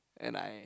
and I